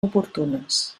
oportunes